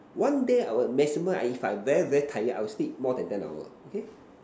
one day I will maximum if I'm very very tired I will sleep more than ten hour okay